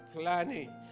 planning